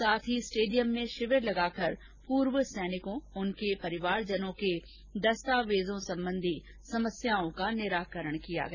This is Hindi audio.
साथ ही स्टेडियम में शिविर लगाकर पूर्व सैनिकों उनके परिवार जनों के दस्तावेजों संबंधी समस्याओं का निराकरण किया गया